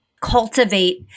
cultivate